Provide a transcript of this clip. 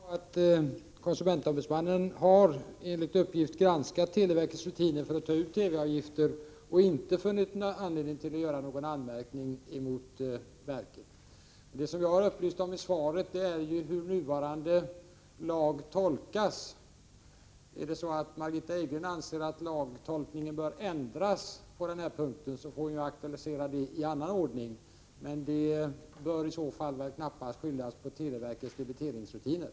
Herr talman! Konsumentombudsmannen har enligt uppgift granskat televerkets rutiner för uttag av licensavgifter och inte funnit anledning att göra någon anmärkning mot verket. Det jag har upplyst om i svaret är hur — Prot. 1985/86:17 nuvarande lag tolkas. Om Margitta Edgren anser att lagtolkningen bör = 24oktober 1985 ändras på denna punkt får hon aktualisera detta i annan ordning. Det bör i så ; 5 Om statsbidragen till